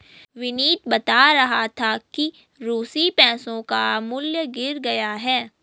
विनीत बता रहा था कि रूसी पैसों का मूल्य गिर गया है